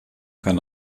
kann